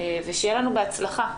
שיהיה לנו בהצלחה.